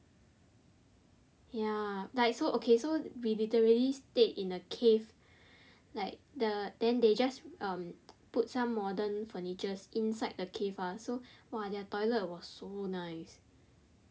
ya like so okay so we literally stayed in a cave like the then they just um put some modern furnitures inside the cave ah so !wah! their toilet was so nice